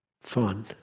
fun